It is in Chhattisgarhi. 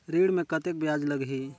ऋण मे कतेक ब्याज लगही?